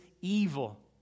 evil